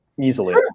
easily